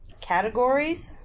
categories